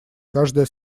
каждая